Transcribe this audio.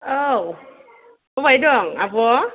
औ बबेहाय दं आब'